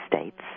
states